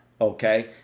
Okay